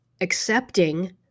accepting